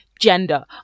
gender